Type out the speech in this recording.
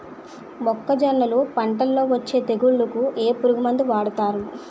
మొక్కజొన్నలు పంట లొ వచ్చే తెగులకి ఏ పురుగు మందు వాడతారు?